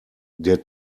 der